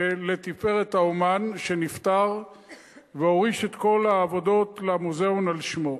ולתפארת האמן שנפטר והוריש את כל העבודות למוזיאון על שמו.